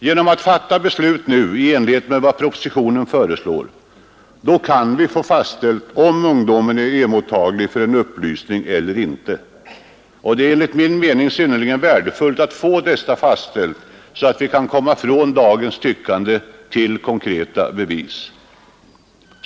Genom att nu fatta beslut i enlighet med vad propositionen föreslår kan vi få fastställt, om ungdomen är mottaglig för upplysning eller inte. Det är enligt min mening synnerligen värdefullt att få detta fastställt, så att vi kan komma från dagens tyckande till konkreta bevis.